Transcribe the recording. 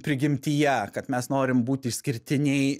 prigimtyje kad mes norim būt išskirtiniai